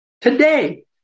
Today